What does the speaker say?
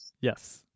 yes